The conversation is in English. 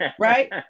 right